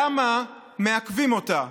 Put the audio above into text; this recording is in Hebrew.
למה מעכבים אותה?